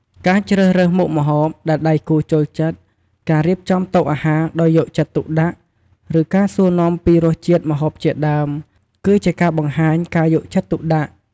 ការជ្រើសរើសមុខម្ហូបដែលដៃគូចូលចិត្ត ការរៀបចំតុអាហារដោយយកចិត្តទុកដាក់ ឬការសួរនាំពីរសជាតិម្ហូបជាដើម គឺជាការបង្ហាញការយកចិត្តទុកដាក់។